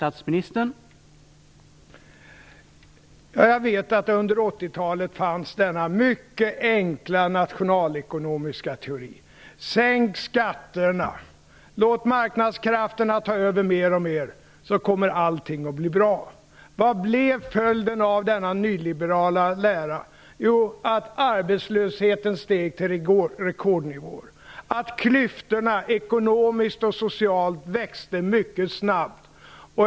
Herr talman! Jag vet att det under 80-talet fanns denna mycket enkla nationalekonomiska teori: Sänk skatterna, låt marknadskrafterna ta över mer och mer så kommer allting att bli bra. Vad blev följden av denna nyliberala lära? Jo, arbetslösheten steg till rekordnivåer, klyftorna ökade, socialt och ekonomiskt, mycket snabbt.